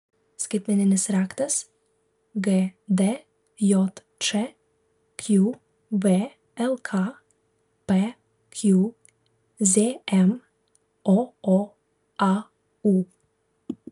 skaitmeninis raktas gdjč qvlk pqzm ooau